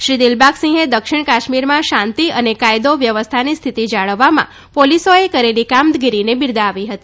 શ્રી દિલબાગસિંહે દક્ષિણ કાશ્મીરમાં શાંતિ અને કાયદો વ્યવસ્થાની સ્થિતિ જાળવવામાં પોલિસોએ કરેલી કામગીરીની બિરદાવી હતી